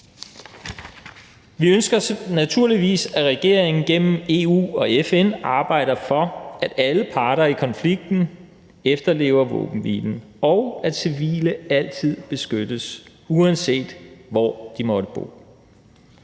Vi ønsker naturligvis, at regeringen gennem EU og FN arbejder for, at alle parter i konflikten efterlever våbenhvilen, og at civile altid beskyttes, uanset hvor de måtte bo.